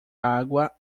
água